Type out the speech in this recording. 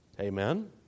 Amen